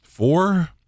Four